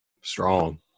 strong